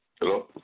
Hello